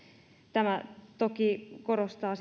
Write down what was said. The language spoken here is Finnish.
tämä korostaa